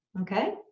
Okay